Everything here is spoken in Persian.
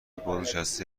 بازنشته